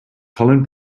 colin